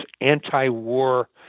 anti-war